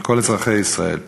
על כל אזרחי ישראל.